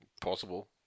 possible